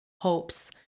hopes